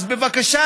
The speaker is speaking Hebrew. אז בבקשה,